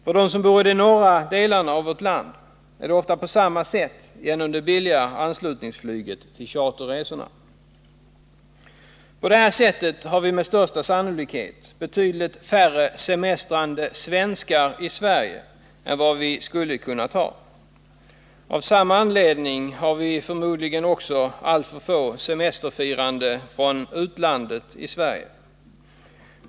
För dem som bor i de norra delarna av vårt land är det ofta på samma sätt på grund av det billiga anslutningsflyget till charterresorna. På det här sättet har vi med största sannolikhet fått betydligt färre semestrande svenskar i Sverige än vad vi skulle kunnat få. Av samma anledning har vi i Sverige förmodligen också alltför få semesterfirande från utlandet.